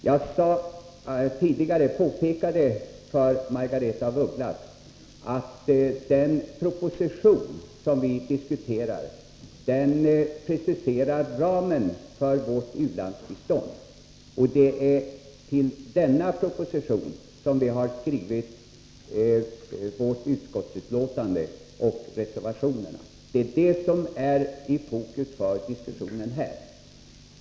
Jag påpekade tidigare för Margaretha af Ugglas att ramen för vårt u-landsbistånd preciseras i den proposition som vi nu diskuterar. Det är med anledning av denna proposition som vi har skrivit utskottsbetänkandet och reservationerna. Det är det som är i fokus för diskussionen här.